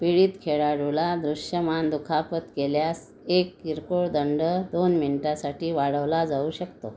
पीडित खेळाडूला दृश्यमान दुखापत केल्यास एक किरकोळ दंड दोन मिंटासाठी वाढवला जाऊ शकतो